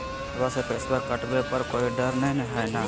खतबा से पैसबा कटाबे पर कोइ डर नय हय ना?